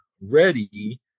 ready